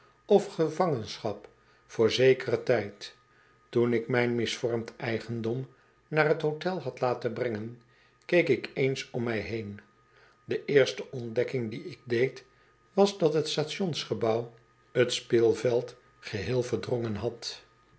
of gevangenschap voor zekeren tijd toen ik mijn misvormd eigendom naar t hotel had laten brengen keek ik eens om mij heen de eerste ontdekking die ik deed was dat het stationsgebouw t speelveld geheel verdrongen had